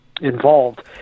involved